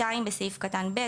בסעיף קטן (ב),